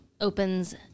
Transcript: Opens